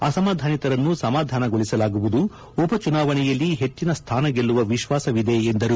ಅಸಮಾಧಾನಿತರನ್ನು ಸಮಾಧಾನಗೊಳಸಲಾಗುವುದು ಉಪ ಚುನಾವಣೆಯಲ್ಲಿ ಹೆಚ್ಚನ ಸ್ಥಾನ ಗೆಲ್ಲುವ ವಿಶ್ವಾಸ ಇದೆ ಎಂದರು